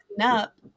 up